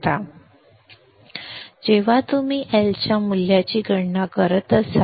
संदर्भ वेळ 2118 जेव्हा तुम्ही L च्या मूल्याची गणना करत असाल